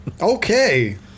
Okay